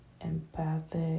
empathic